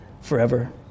forever